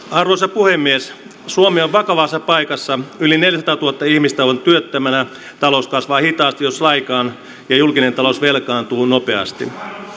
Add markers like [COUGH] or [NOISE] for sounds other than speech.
[UNINTELLIGIBLE] arvoisa puhemies suomi on vakavassa paikassa yli neljäsataatuhatta ihmistä on työttömänä talous kasvaa hitaasti jos lainkaan ja julkinen talous velkaantuu nopeasti